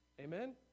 Amen